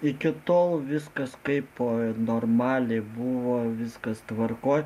iki tol viskas kaipo ir normaliai buvo viskas tvarkoj